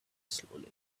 slowly